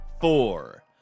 four